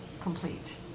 complete